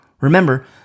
remember